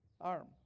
arm